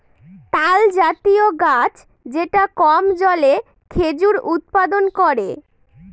তালজাতীয় গাছ যেটা কম জলে খেজুর উৎপাদন করে